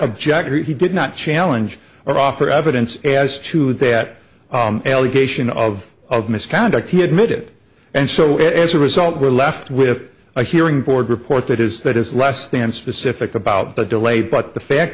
object he did not challenge or offer evidence as to that allegation of of misconduct he admitted and so as a result we're left with a hearing board report that is that is less than specific about the delay but the fact